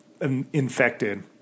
infected